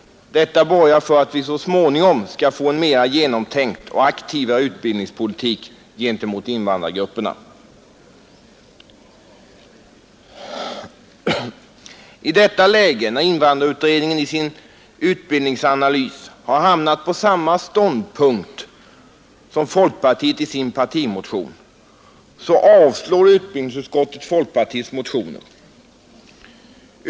Detta borgar för att vi så småningom skall få en mer genomtänkt och aktivare utbildningspolitik för invandrargrupperna. I detta läge, när invandrarutredningen i sin utbildningsanalys har hamnat på samma ståndpunkter som folkpartiet i sin partimotion, avstyrker utbildningsutskottet folkpartiets motioner.